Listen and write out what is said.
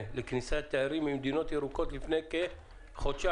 לכניסת תיירים ממדינות ירוקות לפני כחודשיים.